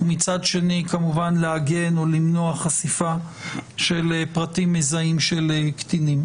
מצד שני להגן או למנוע חשיפת פרטים מזהים של קטינים.